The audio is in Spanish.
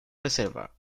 reserva